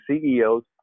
ceos